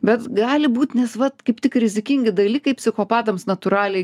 bet gali būt nes vat kaip tik rizikingi dalykai psichopatams natūraliai